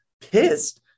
pissed